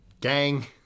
gang